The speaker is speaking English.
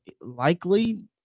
likely